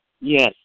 Yes